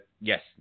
Yes